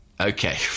Okay